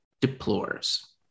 deplores